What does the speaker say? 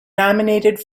nominated